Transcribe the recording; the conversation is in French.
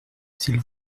s’il